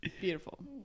Beautiful